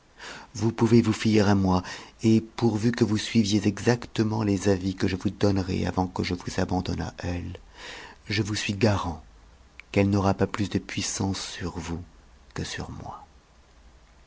vous pouvez vous ser à moi et pourvu que vous suiviez exactement les avis que je vous donnerai avant que je vous abandonne à elle je vous suis garant qu'elle n'aura pas plus do puissance sur vous que sur moi